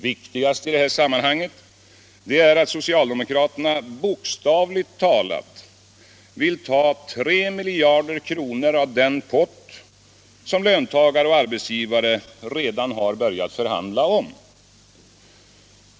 Viktigast i det sammanhanget är att socialdemokraterna bokstavligt talat vill ta 3 miljarder kronor av den pott som löntagare och arbetsgivare redan har börjat förhandla om.